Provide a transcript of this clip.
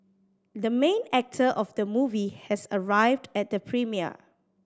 the main actor of the movie has arrived at the premiere